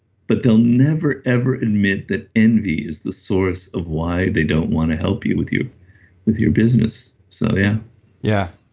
but they'll never ever admit that envy is the source of why they don't want to help you with you with your business. so yeah yeah,